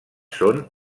són